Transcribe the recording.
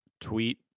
tweet